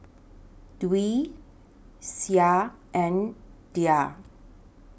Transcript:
Dwi Syah and Dhia